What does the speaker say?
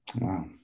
Wow